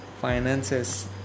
Finances